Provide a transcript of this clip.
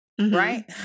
right